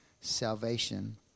Salvation